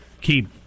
keep